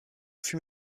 fûts